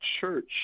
church